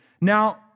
Now